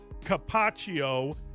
Capaccio